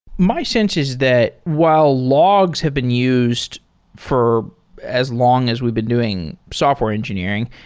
my sense is that while logs have been used for as long as we've been doing software engineering,